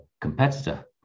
competitor